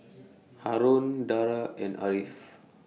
Haron Dara and Ariff